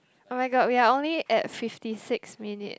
oh-my-god we are only in fifty six minutes